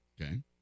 Okay